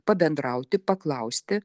pabendrauti paklausti